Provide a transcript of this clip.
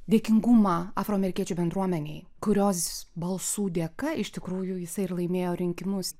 dėkingumą afroamerikiečių bendruomenei kurios balsų dėka iš tikrųjų jisai ir laimėjo rinkimus